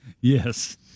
Yes